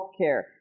healthcare